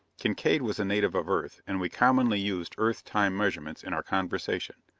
kincaide was a native of earth, and we commonly used earth time-measurements in our conversation.